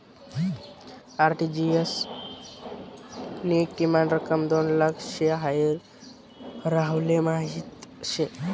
RTGS नी किमान रक्कम दोन लाख शे हाई राहुलले माहीत शे